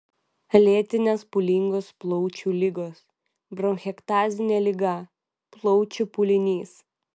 lėtinės pūlingos plaučių ligos bronchektazinė liga plaučių pūlinys